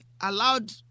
allowed